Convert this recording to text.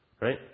Right